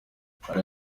hari